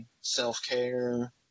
self-care